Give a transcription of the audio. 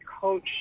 coach